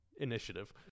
initiative